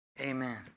amen